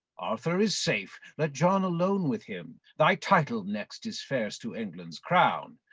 arthur is safe, let john alone with him, thy title next is fair'st to england's crown.